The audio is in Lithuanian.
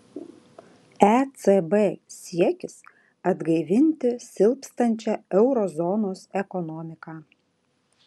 ecb siekis atgaivinti silpstančią euro zonos ekonomiką